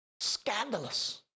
Scandalous